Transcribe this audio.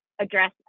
address